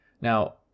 Now